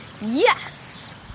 Yes